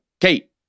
Kate